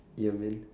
ya man